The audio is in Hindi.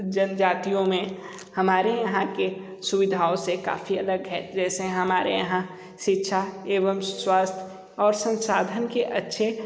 जनजातियों में हमारे यहाँ के सुविधाओं से काफ़ी अलग है वैसे हमारे यहाँ शिक्षा एवं स्वास्थ्य और संसाधन के अच्छे